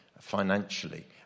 financially